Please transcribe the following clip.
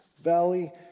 Valley